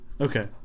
okay